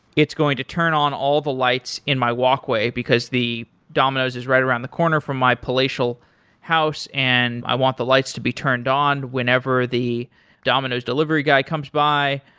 it's going to turn on all the lights in my walkway, because the domino's is right around the corner from my palatial house and i want the lights to be turned on whenever the domino's delivery guy comes by.